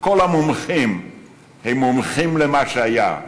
"כל המומחים הם מומחים למה שהיה,